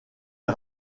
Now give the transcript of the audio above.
les